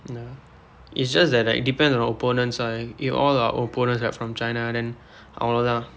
ya is just that like depends on opponents ah if all our opponents are from China then அவ்வளவு தான்:avvalavu thaan